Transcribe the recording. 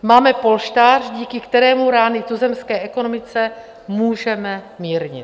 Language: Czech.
Máme polštář, díky kterému rány tuzemské ekonomice můžeme mírnit.